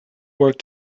work